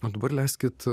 o dabar leiskit